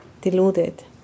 deluded